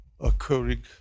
occurring